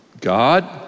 God